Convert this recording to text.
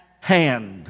hand